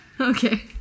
Okay